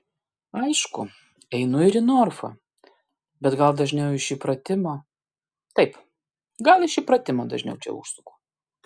aišku einu ir į norfą bet gal dažniau iš įpratimo taip gal iš įpratimo dažniau čia užsuku